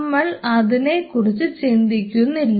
നമ്മൾ അതിനെ കുറിച്ച് ചിന്തിക്കുന്നില്ല